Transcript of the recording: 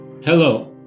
Hello